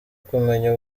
kumenya